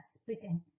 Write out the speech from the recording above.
speaking